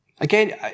Again